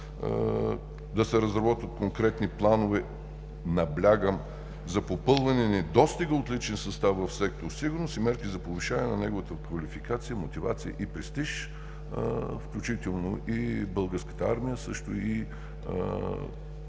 Да се разработват конкретни планове – наблягам, за попълване недостига от личен състав в Сектор „Сигурност“ и мерки за повишаване на неговата квалификация, мотивация и престиж, включително и Българската армия, също и